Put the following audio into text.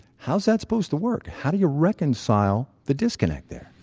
how's that supposed to work? how do you reconcile the disconnect there?